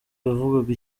yavugaga